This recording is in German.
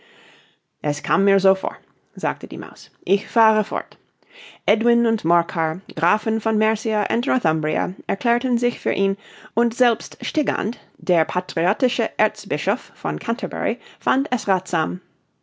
es kam mir so vor sagte die maus ich fahre fort edwin und morcar grafen von mercia und northumbria erklärten sich für ihn und selbst stigand der patriotische erzbischof von canterbury fand es rathsam